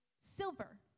silver